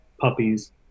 puppies